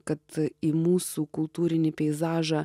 kad į mūsų kultūrinį peizažą